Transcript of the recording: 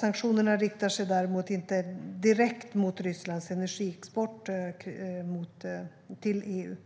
Sanktionerna riktas däremot inte direkt mot Rysslands energiexport till EU.